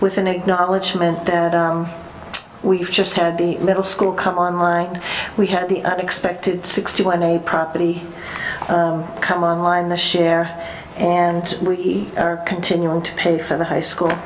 with an acknowledgement that we've just had a little school come on like we had the unexpected sixty one a property come on line the share and we are continuing to pay for the high school